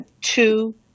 two